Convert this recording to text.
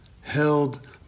held